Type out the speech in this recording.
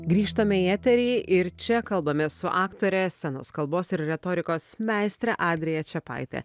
grįžtame į eterį ir čia kalbamės su aktore scenos kalbos ir retorikos meistre adrija čepaite